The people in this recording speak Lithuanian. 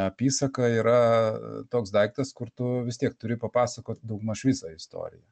apysaka yra toks daiktas kur tu vis tiek turi papasakot daugmaž visą istoriją